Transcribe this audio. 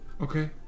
okay